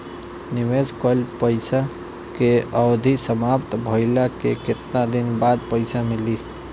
निवेश कइल पइसा के अवधि समाप्त भइले के केतना दिन बाद पइसा मिली?